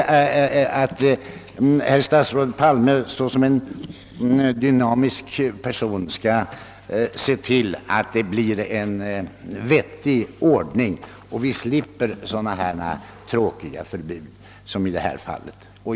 Statsrådet Palme borde som den dynamiska person han är se till att det blir en vettig ordning, så att vi slipper sådana tråkiga förbud som i detta fall.